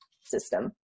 system